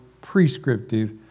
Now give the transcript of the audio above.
prescriptive